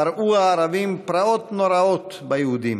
פרעו הערבים פרעות נוראות ביהודים,